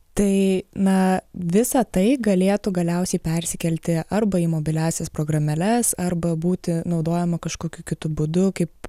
tai na visa tai galėtų galiausiai persikelti arba į mobiliąsias programėles arba būti naudojama kažkokiu kitu būdu kaip